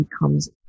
becomes